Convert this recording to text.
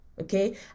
Okay